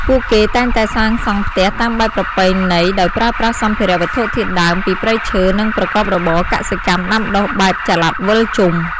ពួកគេតែងតែសាងសង់ផ្ទះតាមបែបប្រពៃណីដោយប្រើប្រាស់សម្ភារៈវត្ថុធាតុដើមពីព្រៃឈើ និងប្រកបរបរកសិកម្មដាំដុះបែបចល័តវិលជុំ។